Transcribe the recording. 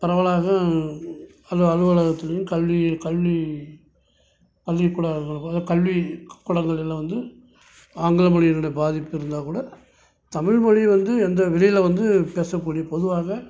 பரவலாக அலுவலகத்துலேயும் கல்வி கல்வி பள்ளிக்கூடங்களில் கல்விக்கூடங்களில் வந்து ஆங்கில மொழினுடைய பாதிப்பு இருந்தால் கூட தமிழ் மொழி வந்து எந்த வெளியில் வந்து பேசக்கூடிய பொதுவாக